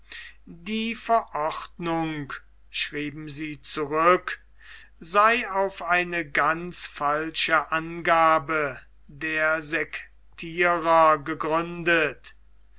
die verordnung schrieben sie zurück sei auf eine ganz falsche angabe der sektierer gegründet